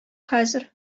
хәзер